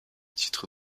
titres